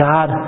God